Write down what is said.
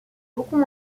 beaucoup